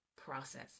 process